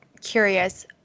curious